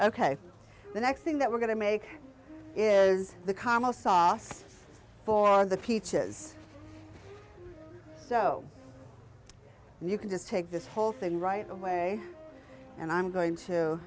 ok the next thing that we're going to make is the carmel sauce for the peaches so you can just take this whole thing right away and i'm going to